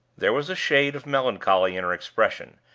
there was a shade of melancholy in her expression,